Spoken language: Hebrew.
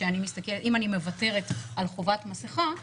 אם אני מוותרת על חובת מסכה,